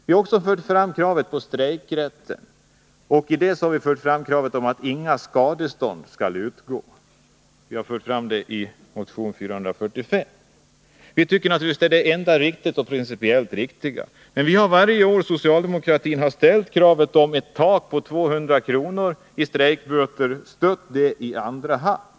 Vi har i motion 445 fört fram kravet på strejkrätt och att inget skadestånd skall utgå. Det anser vi vara det enda principiellt riktiga. Varje år socialdemokratin har ställt kravet om ett tak på 200 kr. i strejkböter, så har vi stött det i andra hand.